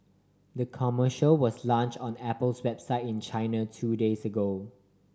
the commercial was launch on Apple's website in China two days ago